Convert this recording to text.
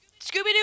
Scooby-Doo